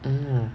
mm